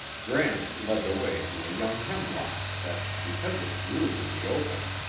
gramps led the way to a young hemlock that, because it grew in the open,